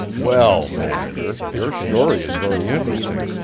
well, manager, your story is very interesting,